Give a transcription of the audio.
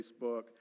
Facebook